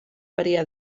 variar